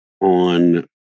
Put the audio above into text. on